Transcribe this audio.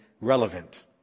relevant